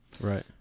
Right